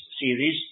series